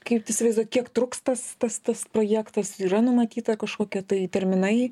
kaip įsivaizduojat kiek truks tas tas tas projektas yra numatyta kažkokie tai terminai